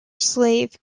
slave